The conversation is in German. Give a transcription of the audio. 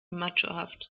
machohaft